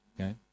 okay